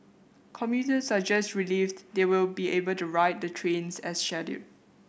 commuters are just relieved they will be able to ride the trains as scheduled